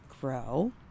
grow